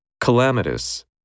Calamitous